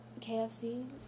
KFC